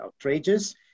outrageous